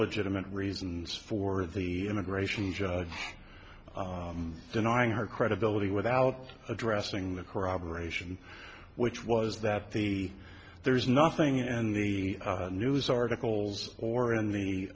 legitimate reasons for the immigration judge denying her credibility without addressing the corroboration which was that the there's nothing in the news articles or in the